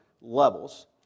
levels